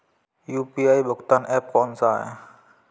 UPI भुगतान app कौन सा है?